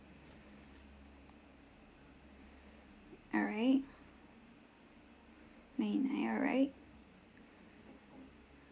alright ninety nine alright